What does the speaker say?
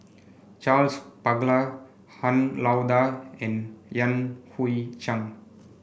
Charles Paglar Han Lao Da and Yan Hui Chang